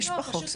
יש בחוק,